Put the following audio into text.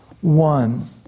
one